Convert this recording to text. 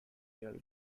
real